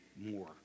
more